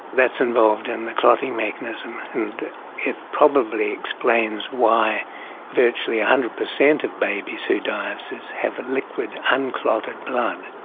that's involved in the clotting mechanism and it probably explains why virtually one ah hundred percent of babies who die of sids have a liquid unclotted blood.